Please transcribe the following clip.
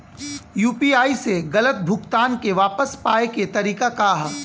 UPI से गलत भुगतान के वापस पाये के तरीका का ह?